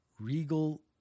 Regal